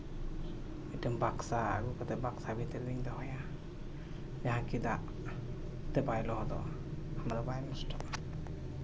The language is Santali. ᱢᱤᱫᱴᱮᱱ ᱵᱟᱠᱥᱚ ᱟᱹᱜᱩ ᱠᱟᱛᱮᱫ ᱵᱟᱠᱥᱚ ᱵᱷᱤᱛᱤᱨ ᱨᱮᱧ ᱫᱚᱦᱚᱭᱟ ᱡᱟᱦᱟᱸ ᱠᱤ ᱫᱟᱜ ᱛᱮ ᱵᱟᱭ ᱞᱚᱦᱚᱫᱚᱜᱼᱟ ᱫᱚ ᱵᱟᱭ ᱱᱚᱥᱴᱚᱜᱼᱟ